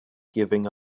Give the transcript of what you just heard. giving